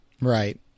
right